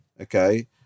okay